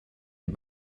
die